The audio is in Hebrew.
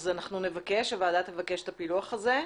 אז הוועדה תבקש את הפילוח הזה.